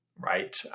Right